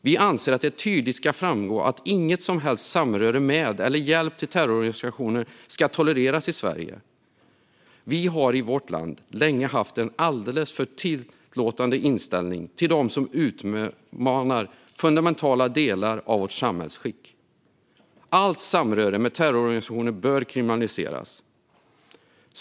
Vi anser att det tydligt ska framgå att inget som helst samröre med eller hjälp till terrororganisationer ska tolereras i Sverige. Vi har i vårt land länge haft en alldeles för tillåtande inställning till dem som utmanar fundamentala delar av vårt samhällsskick. Allt samröre med terrororganisationer bör kriminaliseras.